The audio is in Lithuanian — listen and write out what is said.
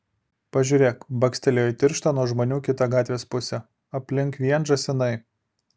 pažiūrėk bakstelėjo į tirštą nuo žmonių kitą gatvės pusę aplink vien žąsinai